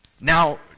Now